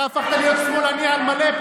אתה הפכת להיות שמאלני על מלא.